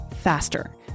faster